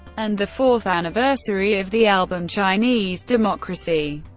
and the fourth anniversary of the album chinese democracy.